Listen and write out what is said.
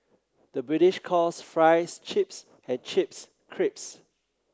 the British calls fries chips and chips crisps